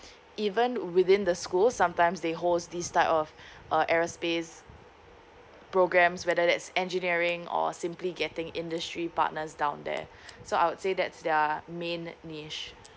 even within the school sometimes they host this type of uh aerospace programmes whether that's engineering or simply getting industry partners down there so I would say that's their main niche